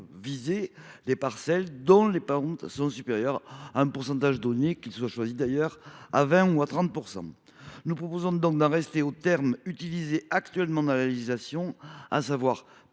viser les parcelles dont les pentes sont supérieures à un pourcentage donné, qu’il soit, d’ailleurs, de 20 % ou de 30 %. Nous proposons donc d’en rester au terme utilisé actuellement dans la législation, à savoir